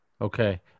Okay